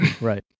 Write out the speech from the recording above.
Right